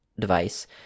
device